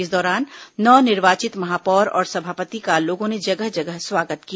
इस दौरान नव निर्वाचित महापौर और सभापति का लोगों ने जगह जगह स्वागत किया